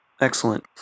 Excellent